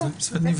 בסדר.